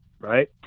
right